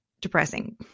depressing